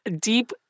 deep